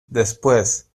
después